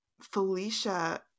felicia